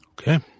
Okay